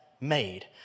made